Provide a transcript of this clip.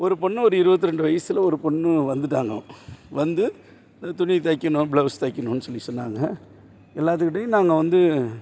ஒரு பொண்ணு ஒரு இருபத்ரெண்டு வயசில் ஒரு பொண்ணு வந்துட்டாங்கள் வந்து துணி தைக்கணும் ப்ளவுஸ் தைக்கணும்னு சொல்லி சொன்னாங்கள் எல்லாத்துக்கிட்டையும் நாங்கள் வந்து